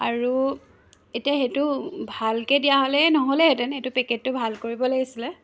আৰু এতিয়া সেইটো ভালকৈ দিয়া হ'লে নহ'লেহেঁতেন এইটো পেকেটটো ভাল কৰিব লাগিছিলে